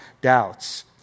doubts